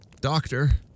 doctor